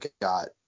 got